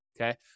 okay